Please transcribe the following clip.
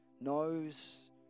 knows